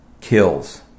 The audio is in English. kills